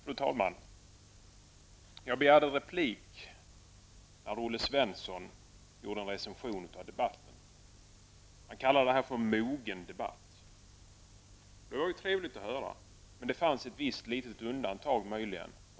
Fru talman! Jag begärde replik när Olle Svensson gjorde en recension av debatten. Han kallade detta för en mogen debatt. Det var trevligt att höra. Men det fanns ett visst litet undantag, möjligen.